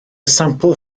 sampl